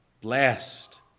blessed